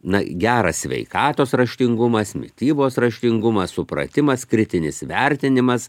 na geras sveikatos raštingumas mitybos raštingumas supratimas kritinis vertinimas